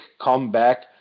comeback